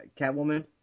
Catwoman